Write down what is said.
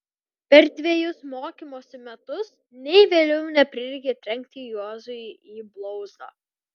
per dvejus mokymosi metus nei vėliau neprireikė trenkti juozui į blauzdą